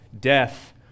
death